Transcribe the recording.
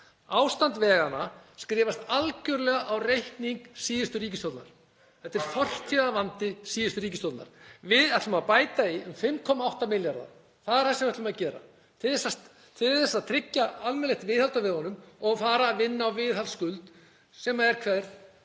Ástand veganna skrifast algerlega á reikning síðustu ríkisstjórnar. Þetta er fortíðarvandi síðustu ríkisstjórnar. Við ætlum að bæta í um 5,8 milljörðum, það er það sem við ætlum að gera, til þess að tryggja almennilegt viðhald á vegunum og fara að vinna á viðhaldsskuld, sem er hver?